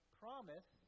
promise